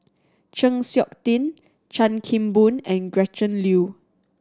Chng Seok Tin Chan Kim Boon and Gretchen Liu